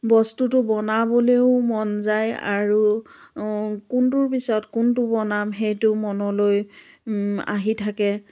বস্তুটো বনাবলৈও মন যায় আৰু কোনটোৰ পিছত কোনটো বনাম সেইটো মনলৈ আহি থাকে